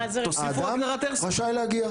האדם רשאי להגיע.